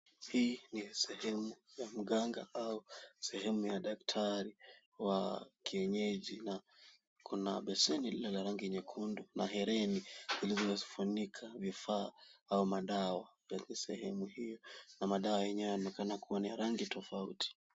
Hii ni sehemu ya mganga au sehemu ya daktari wa kienyeji na kuna besheni lililo la rangi nyekundu na hereni zilizofunika vifaaa au madawa sehemu hiyo. Madawa yanaonekana kuwa ya rangi tofauti.